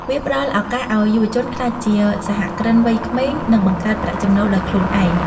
វាផ្តល់ឱកាសឱ្យយុវជនក្លាយជា សហគ្រិនវ័យក្មេង និងបង្កើតប្រាក់ចំណូលដោយខ្លួនឯង។